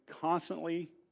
constantly